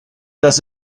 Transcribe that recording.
dass